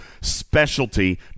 specialty